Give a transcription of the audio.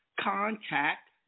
Contact